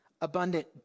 abundant